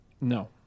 No